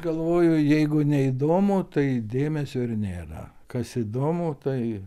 galvoju jeigu neįdomu tai dėmesio ir nėra kas įdomu tai